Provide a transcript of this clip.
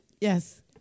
Yes